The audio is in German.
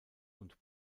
und